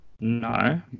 No